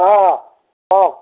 অঁ কওক